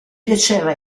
piaceva